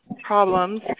problems